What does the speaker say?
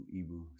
ibu